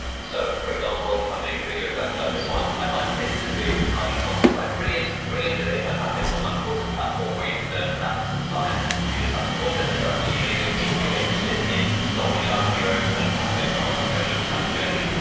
so for example, if i'm doing a video exactly like this one, i might say that this video was kindly sponsored by brilliant. brilliant is a fantastic online courses platform where you can learn maths, science and computer science courses and they're absolutely amazing. if you're interested in starting off on your own kind of passive income entrepreneurship type of journey,